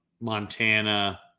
Montana